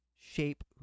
shape